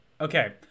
Okay